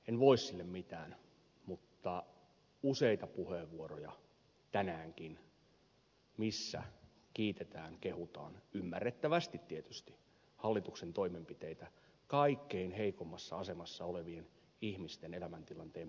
en voi sille mitään mutta kuunneltuani useita puheenvuoroja tänäänkin joissa kiitetään kehutaan ymmärrettävästi tietysti hallituksen toimenpiteitä kaikkein heikoimmassa asemassa olevien ihmisten elämäntilanteen parantamiseksi tuntuu pahalta